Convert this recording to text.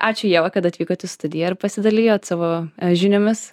ačiū ieva kad atvykot į studiją ir pasidalijot savo žiniomis